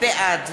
בעד